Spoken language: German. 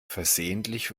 versehentlich